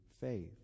faith